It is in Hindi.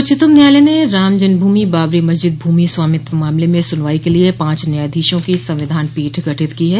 उच्चतम न्यायालय ने राम जन्मभूमि बाबरी मस्जिद भूमि स्वामित्व मामले में सुनवाई के लिए पांच न्यायाधीशों की संविधान पीठ गठित की है